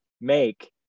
make